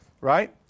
Right